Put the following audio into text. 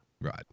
Right